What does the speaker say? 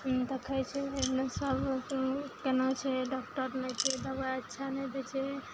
देखै छै एहिमे सब केना छै डॉक्टर नहि छै दबाइ अच्छा नहि दै छै